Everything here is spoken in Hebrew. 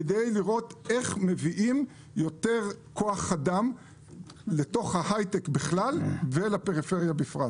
כדי לראות איך מביאים יותר כוח אדם לתוך ההייטק בכלל ולפריפריה בפרט.